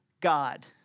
God